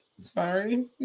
Sorry